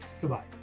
Goodbye